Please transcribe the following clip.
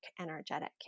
energetic